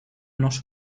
not